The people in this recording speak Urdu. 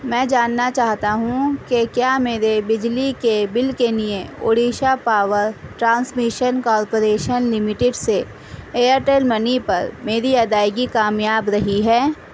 میں جاننا چاہتا ہوں کہ کیا میرے بجلی کے بل کے لیے Odisha power transmission corporation limited سے ایئرٹیل منی پر میری ادائیگی کامیاب رہی ہے